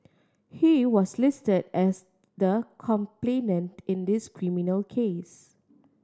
he was listed as the complainant in this criminal case